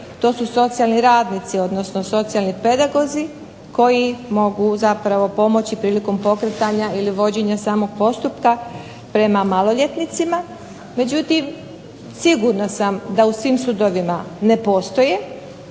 to su socijalni radnici, odnosno socijalni pedagozi koji mogu zapravo pomoći prilikom pokretanja ili vođenja samog postupka prema maloljetnicima, međutim sigurna sam da u svim sudovima ne postoje,